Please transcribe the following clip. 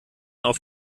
auf